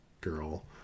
girl